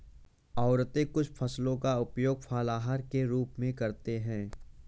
औरतें कुछ फसलों का उपयोग फलाहार के रूप में करते हैं